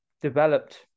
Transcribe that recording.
developed